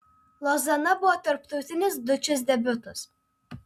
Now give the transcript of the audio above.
lozana buvo tarptautinis dučės debiutas